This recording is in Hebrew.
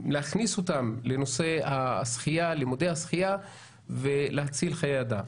לנושא לימודי השחייה ולהציל חיי אדם.